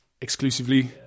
exclusively